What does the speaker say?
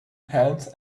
pants